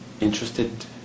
interested